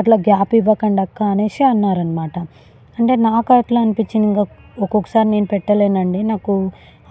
అట్లా గ్యాప్ ఇవ్వకండి అక్కా అనేసి అన్నారన్నమాట అంటే నాకు అట్లా అనిపించింది ఇంకా ఒక్కొక్కసారి నేను పెట్టలేనండి నాకు